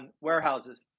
warehouses